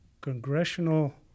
congressional